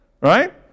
Right